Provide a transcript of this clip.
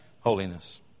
holiness